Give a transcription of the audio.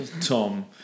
Tom